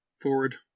forward